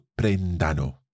prendano